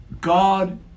God